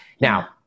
Now